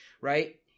right